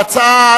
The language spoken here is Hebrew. ההצעה,